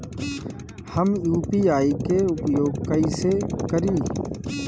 हम यू.पी.आई के उपयोग कइसे करी?